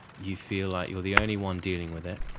you feel like you're the only one dealing with it,